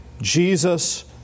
Jesus